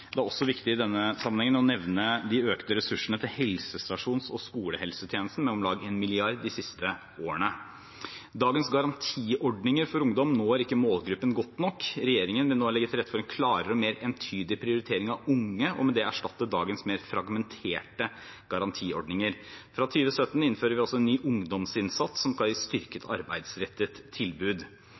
Det er også viktig i denne sammenhengen å nevne de økte ressursene til helsestasjons- og skolehelsetjenesten med om lag 1 mrd. kr de siste årene. Dagens garantiordninger for ungdom når ikke målgruppen godt nok. Regjeringen vil nå legge til rette for en klarere og mer entydig prioritering av unge og med det erstatte dagens mer fragmenterte garantiordninger. Fra 2017 innfører vi en ny ungdomsinnsats som skal gi styrket arbeidsrettet tilbud.